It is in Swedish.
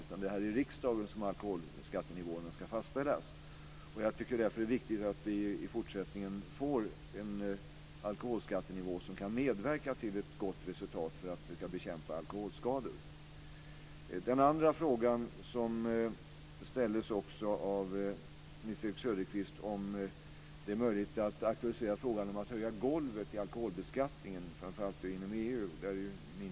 Det är här i riksdagen som alkoholskattenivåerna ska fastställas. Jag tycker därför att det är viktigt att vi i fortsättningen får en alkoholskattenivå som kan medverka till ett gott resultat när det gäller att bekämpa alkoholskador. Den andra frågan som Nils-Erik Söderqvist ställde var om det är möjligt att aktualisera frågan om att höja golvet i alkoholbeskattning inom EU.